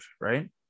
right